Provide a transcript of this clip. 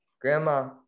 Grandma